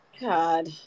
God